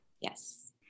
Yes